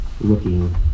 looking